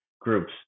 groups